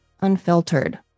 unfiltered